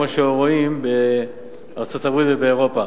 כמו שאומרים בארצות-הברית ובאירופה,